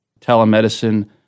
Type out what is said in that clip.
telemedicine